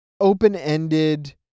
open-ended